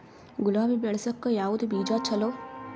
ಗುಲಾಬಿ ಬೆಳಸಕ್ಕ ಯಾವದ ಬೀಜಾ ಚಲೋ?